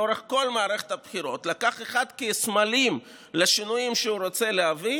לאורך כל מערכת הבחירות הוא לקח כאחד הסמלים לשינויים שהוא רוצה להביא